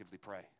pray